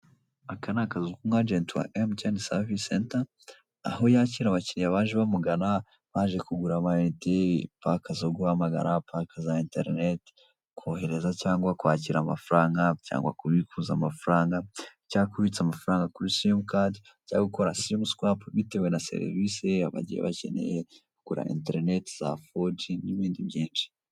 Aka ni akazu k'umwajeti wa MTN service center, aho yakira abakiriya baje bamugana. Baje kugura paka zo guhamagara, paka za eterineti, kohereza cyangwa kwakira amafaranga cyangwa kubikuza amafaranga cyakubitsa amafara kuri simukadi, cyangwa gukora simi suwapu, bitewe na serivisi bagiye bakeneye, nko kugura internet za fo ji n'ibindi byinshi.